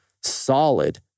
solid